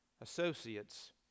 associates